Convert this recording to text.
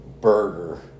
burger